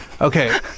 Okay